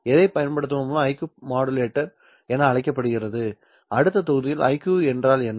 எதைப் பயன்படுத்துவதன் மூலம் IQ மாடுலேட்டர் என அழைக்கப்படுகிறது அடுத்த தொகுதியில் IQ என்றால் என்ன